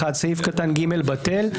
(1)סעיף קטן (ג) בטל,